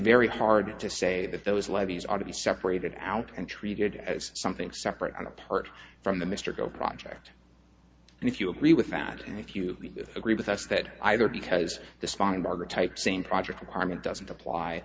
very hard to say that those levees ought to be separated out and treated as something separate and apart from the mr go project and if you agree with that and if you agree with us that either because the spine bar type same project apartment doesn't apply